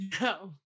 No